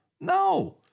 No